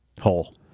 hole